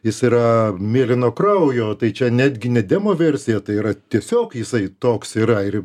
jis yra mėlyno kraujo tai čia netgi netgi ne demoversija tai yra tiesiog jisai toks yra ir